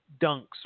dunks